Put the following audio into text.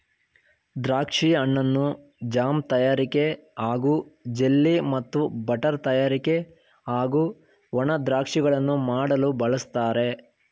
ದ್ರಾಕ್ಷಿ ಹಣ್ಣನ್ನು ಜಾಮ್ ತಯಾರಿಕೆ ಹಾಗೂ ಜೆಲ್ಲಿ ಮತ್ತು ಬಟರ್ ತಯಾರಿಕೆ ಹಾಗೂ ಒಣ ದ್ರಾಕ್ಷಿಗಳನ್ನು ಮಾಡಲು ಬಳಸ್ತಾರೆ